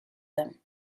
them